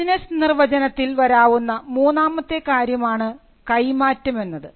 business നിർവചനത്തിൽ വരാവുന്ന മൂന്നാമത്തെ കാര്യമാണ് കൈമാറ്റം എന്നത്